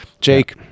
Jake